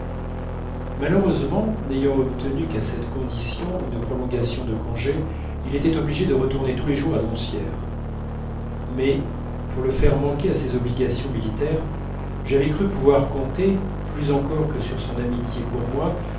malheureusement n'ayant obtenu qu'à cette condition une prolongation de congé il était obligé de retourner tous les jours à doncières mais pour le faire manquer à ses obligations militaires j'avais cru pouvoir compter plus encore que sur son amitié pour moi